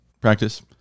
practice